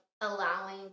Allowing